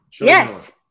Yes